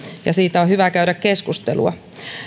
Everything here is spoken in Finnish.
ja siitä on hyvä käydä keskustelua